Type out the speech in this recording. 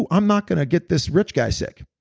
i'm not going to get this rich guy sick?